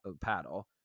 paddle